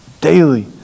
daily